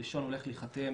הראשון הולך להיחתם